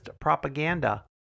Propaganda